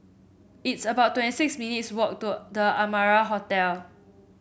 it's about twenty six minutes' walk to The Amara Hotel